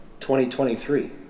2023